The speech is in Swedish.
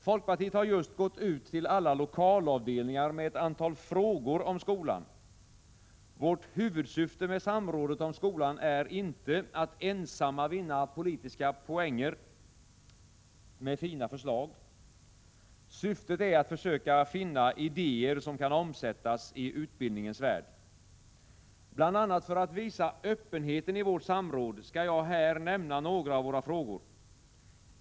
Folkpartiet har just gått ut till alla lokalavdelningar med ett antal frågor om skolan. Vårt huvudsyfte med samrådet om skolan är inte att ensamma vinna politiska poänger med fina förslag. Syftet är att försöka finna idéer, som kan omsättas i utbildningens värld. Bl.a. för att visa öppenheten i vårt samråd, skall jag här nämna några av våra frågor.